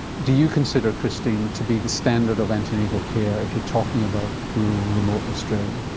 do you consider, christine, to be the standard of antenatal care if you're talking about rural, remote australia?